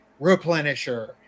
replenisher